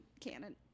canon